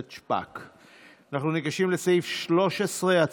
בעד, 12, אין מתנגדים ואין נמנעים.